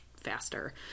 faster